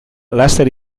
laster